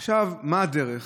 עכשיו, מה הדרך?